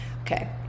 Okay